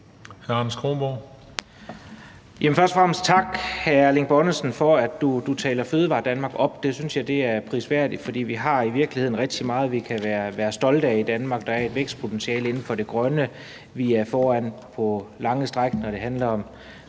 Anders Kronborg (S): Jamen først og fremmest tak til hr. Erling Bonnesen for at tale Fødevaredanmark op. Det synes jeg er prisværdigt, for vi har i virkeligheden rigtig meget, vi kan være stolte af i Danmark. Der er et vækstpotentiale inden for det grønne. Vi er foran på lange stræk, når det handler om